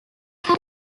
had